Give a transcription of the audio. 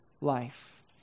life